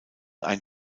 ein